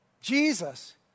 Jesus